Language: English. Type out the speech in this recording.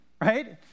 Right